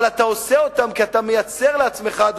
אבל אתה עושה אותם כי אתה מייצר לעצמך היום,